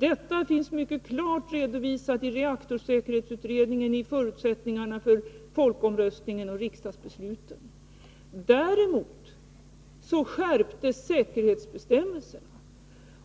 Detta finns mycket klart redovisat i reaktorsäkerhetsutredningen och i förutsättningarna för folkomröstningen och riksdagsbesluten. Däremot skärptes säkerhetsbestämmelserna.